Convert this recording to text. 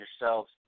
yourselves